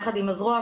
יחד עם הזרוע,